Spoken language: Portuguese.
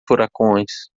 furacões